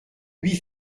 huit